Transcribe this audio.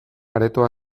aretoa